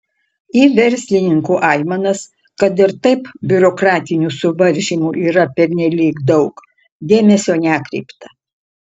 į verslininkų aimanas kad ir taip biurokratinių suvaržymų yra pernelyg daug dėmesio nekreipta